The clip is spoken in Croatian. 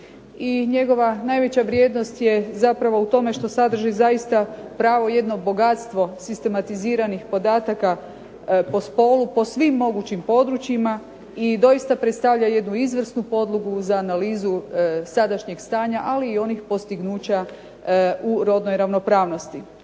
njegova najveća vrijednost je zapravo u tome što sadrži zaista pravo jedno bogatstvo sistematiziranih podataka po spolu, po svim mogućim područjima i doista predstavlja jednu izvrsnu podlogu za analizu sadašnjeg stanja, ali i onih postignuća u rodnoj ravnopravnosti.